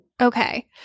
Okay